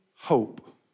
hope